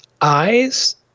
eyes